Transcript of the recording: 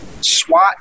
SWAT